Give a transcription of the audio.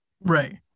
Right